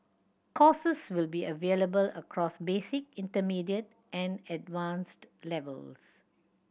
courses will be available across basic intermediate and advanced levels